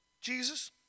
Jesus